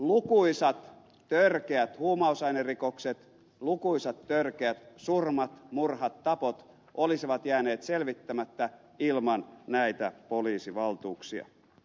lukuisat törkeät huumausainerikokset lukuisat törkeät surmat murhat tapot olisivat jääneet selvittämättä ilman näitä poliisivaltuuksia